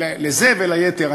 לזה וליתר.